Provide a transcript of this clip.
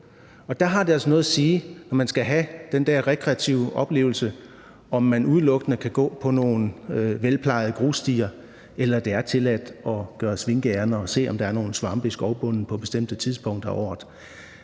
der har det altså noget at sige, når man skal have den der rekreative oplevelse, om man udelukkende kan gå på nogle velplejede grusstier eller det er tilladt at gøre nogle svinkeærinder og se, om der er nogle svampe i skovbunden på bestemte tidspunkter